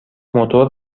موتور